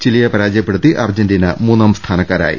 ചിലിയെ പരാജയപ്പെടുത്തി അർജന്റീന മൂന്നാം സ്ഥാനക്കാ രായി